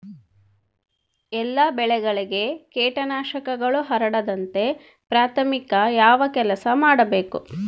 ಎಲ್ಲ ಬೆಳೆಗಳಿಗೆ ಕೇಟನಾಶಕಗಳು ಹರಡದಂತೆ ಪ್ರಾಥಮಿಕ ಯಾವ ಕೆಲಸ ಮಾಡಬೇಕು?